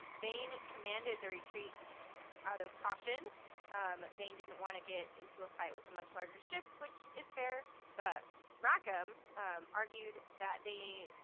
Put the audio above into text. vane commanded the retreat out of caution um vane didn't want to get into a fight with a much larger ship which is fair but rackham um argued that they,